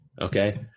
Okay